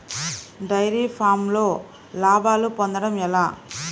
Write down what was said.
Dairy ఫామ్లో లాభాలు పొందడం ఎలా?